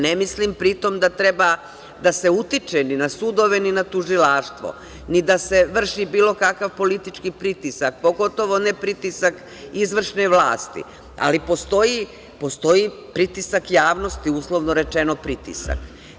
Ne mislim da treba da se utiče, ni na sudove, ni na tužilaštvo, ni da se vrši bilo kakav politički pritisak, pogotovo ne pritisak izvršne vlasti, ali postoji pritisak javnosti, uslovno rečeno pritisak.